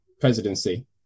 presidency